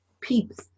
peeps